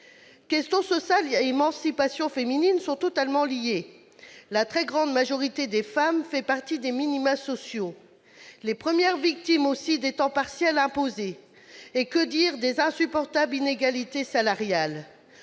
Questions sociales et émancipation féminine sont totalement liées. La très grande majorité des femmes font partie des minima sociaux. Elles sont aussi les premières victimes des temps partiels imposés. Et que dire des insupportables inégalités salariales ?